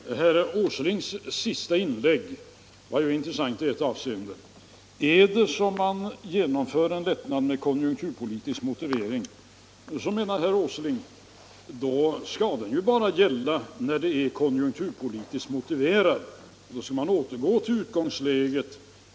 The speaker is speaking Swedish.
Herr talman! Herr Åslings sista inlägg var intressant i ett avseende. Herr Åsling menar att en lättnad som genomförs med konjunkturpolitisk motivering bara skall gälla så länge som den verkligen är konjunkturpolitiskt motiverad. När konjunkturen vänder skall man återgå till utgångsläget.